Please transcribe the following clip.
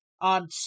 on